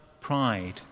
pride